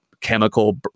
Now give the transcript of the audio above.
chemical